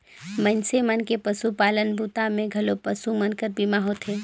मइनसे मन के पसुपालन बूता मे घलो पसु मन कर बीमा होथे